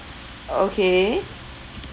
orh okay